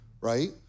right